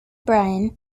brian